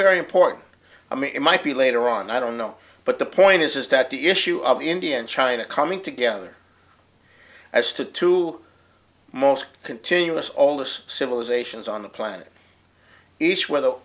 very important i mean it might be later on i don't know but the point is is that the issue of india and china coming together as to two most continuous all those civilizations on the planet each whether